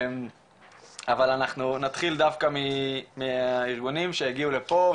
אבל אנחנו נתחיל דווקא מהארגונים שהגיעו לפה,